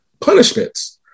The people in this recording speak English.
punishments